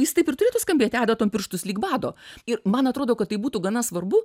jis taip ir turėtų skambėti adatom pirštus lyg bado ir man atrodo kad tai būtų gana svarbu